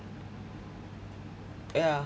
yeah